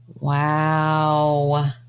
Wow